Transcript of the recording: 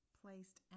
placed